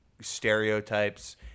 stereotypes